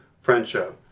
friendship